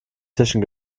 tischen